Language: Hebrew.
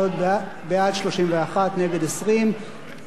כל אחד יגבש בשניות האלה את עמדתו.